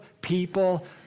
people